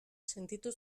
sentitu